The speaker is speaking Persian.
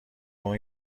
اون